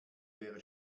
wäre